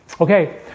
Okay